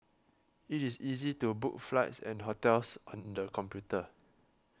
it is easy to book flights and hotels on the computer